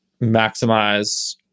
maximize